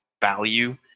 value